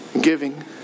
giving